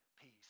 peace